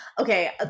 okay